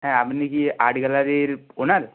হ্যাঁ আপনি কি আর্ট গ্যালারির ওনার